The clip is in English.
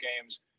games